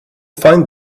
find